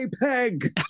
peg